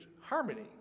harmony